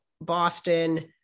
Boston